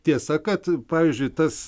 tiesa kad pavyzdžiui tas